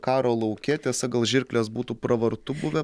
karo lauke tiesa gal žirklės būtų pravartu buvę